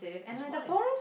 is small